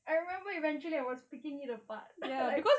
I remember eventually I was picking it apart like